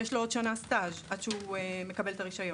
יש לו עוד שנה סטאז' עד שהוא מקבל את הרישיון.